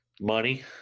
money